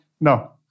No